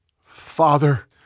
Father